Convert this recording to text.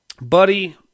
buddy